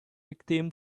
victim